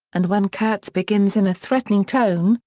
and when kurtz begins in a threatening tone,